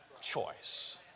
choice